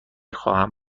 خواهم